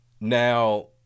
Now